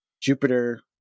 Jupiter